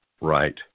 right